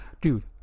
dude